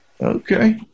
Okay